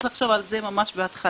צריך לחשוב על זה ממש בהתחלה.